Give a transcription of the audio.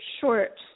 short